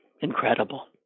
Incredible